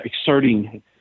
exerting